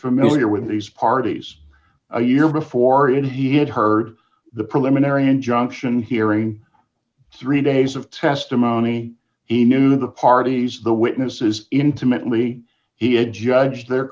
familiar with these parties a year before it he had heard the preliminary injunction hearing three days of testimony he knew the parties the witnesses intimately he had judge their